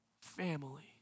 family